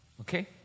Okay